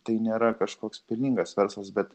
tai nėra kažkoks pelningas verslas bet